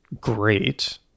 great